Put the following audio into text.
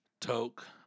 toke